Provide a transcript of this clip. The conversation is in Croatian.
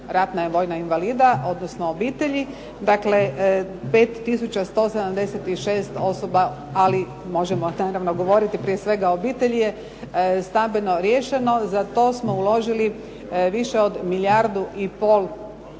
ratna vojna invalida odnosno obitelji. Dakle, 5 tisuća 176 osoba ali možemo naravno govoriti prije svega obitelji je stambeno riješeno. Za to smo uložili više od milijardu i pol kuna.